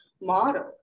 model